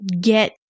get